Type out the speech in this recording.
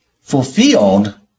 fulfilled